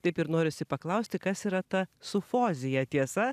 taip ir norisi paklausti kas yra ta sufozija tiesa